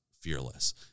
fearless